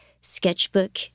sketchbook